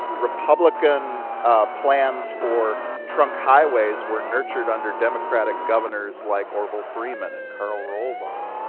republican plans for trunk highways were nurtured under democratic governors like orville freeman and karl rolvaag.